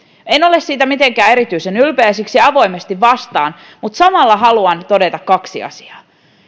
en ole siitä mitenkään erityisen ylpeä ja siksi avoimesti vastaan mutta samalla haluan todeta kaksi asiaa